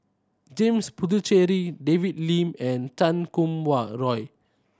James Puthucheary David Lim and Chan Kum Wah Roy